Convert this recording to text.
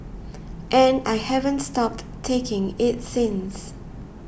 and I haven't stopped taking it since